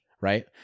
Right